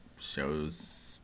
shows